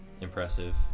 impressive